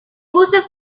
puso